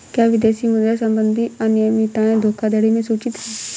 क्या विदेशी मुद्रा संबंधी अनियमितताएं धोखाधड़ी में सूचित हैं?